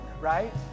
right